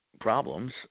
problems